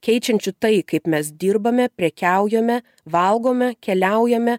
keičiančių tai kaip mes dirbame prekiaujame valgome keliaujame